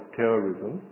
terrorism